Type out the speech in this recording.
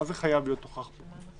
מה זה "חייב להיות נוכח בו"?